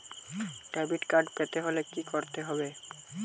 Debit card পেতে হলে কি করতে হবে?